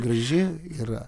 graži yra